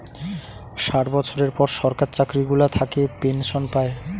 ষাট বছরের পর সরকার চাকরি গুলা থাকে পেনসন পায়